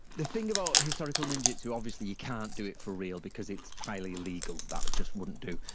the thing about historical ninjutsu, obviously, you can't do it for real because it's highly illegal. that just wouldn't do.